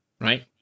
right